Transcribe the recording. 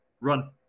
run